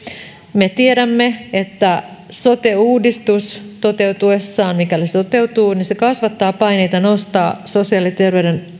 me tiedämme että sote uudistus toteutuessaan mikäli se toteutuu kasvattaa paineita nostaa sosiaali ja